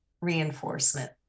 reinforcement